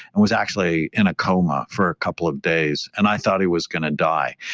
and was actually in a coma for a couple of days and i thought he was going to die,